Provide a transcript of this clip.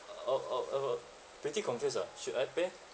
I I I was pretty confused ah should I pay